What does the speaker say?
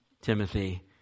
Timothy